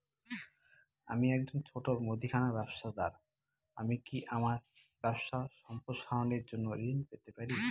আমি একজন ছোট মুদিখানা ব্যবসাদার আমি কি আমার ব্যবসা সম্প্রসারণের জন্য ঋণ পেতে পারি?